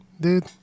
dude